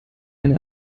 eine